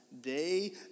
day